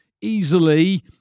easily